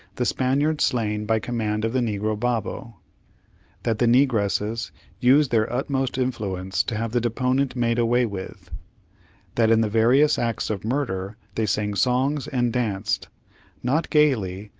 the spaniards slain by command of the negro babo that the negresses used their utmost influence to have the deponent made away with that, in the various acts of murder, they sang songs and danced not gaily,